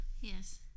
Yes